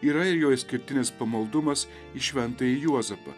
yra ir jo išskirtinis pamaldumas į šventąjį juozapą